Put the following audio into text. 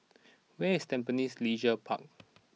where is Tampines Leisure Park